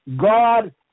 God